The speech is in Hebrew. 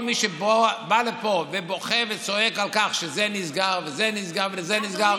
כל מי שבא לפה ובוכה וצועק על כך שזה נסגר וזה נסגר וזה נסגר,